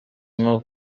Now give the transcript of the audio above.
nko